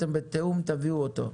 אתם בתיאום תביאו אותו.